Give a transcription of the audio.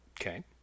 Okay